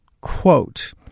quote